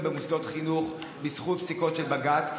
במוסדות חינוך בזכות פסיקות של בג"ץ,